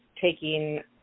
taking